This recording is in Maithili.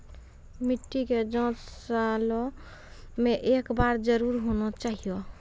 मिट्टी के जाँच सालों मे एक बार जरूर होना चाहियो?